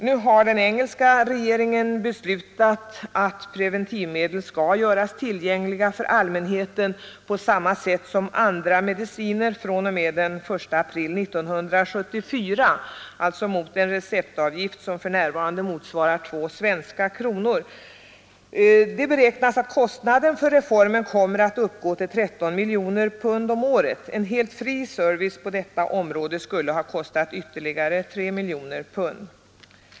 Nu har den engelska regeringen beslutat att preventivmedel skall göras tillgängliga för allmänheten på samma sätt som andra mediciner från den 1 april 1974, alltså mot en receptavgift som för närvarande motsvarar ca 2 svenska kronor. Det beräknas att kostnaden för reformen kommer att uppgå till 13 miljoner pund om året. En helt fri service på detta område skulle ha kostat ytterligare 3 miljoner pund.